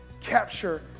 Capture